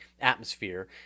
atmosphere